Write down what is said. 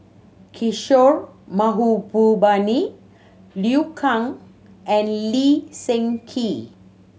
Kishore Mahbubani Liu Kang and Lee Seng Gee